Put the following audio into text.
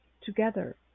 together